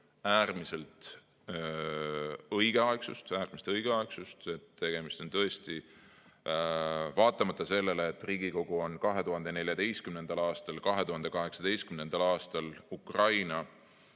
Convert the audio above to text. avalduse eelnõu äärmist õigeaegsust, sest tegemist on tõesti, vaatamata sellele, et Riigikogu on 2014. aastal ja 2018. aastal Ukraina